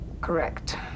Correct